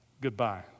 goodbye